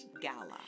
gala